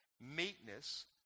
meekness